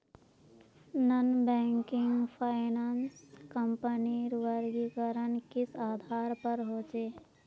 Non banking finance कंपनीर वर्गीकरण किस आधार पर होचे?